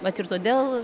vat ir todėl